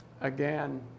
again